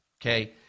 okay